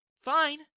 Fine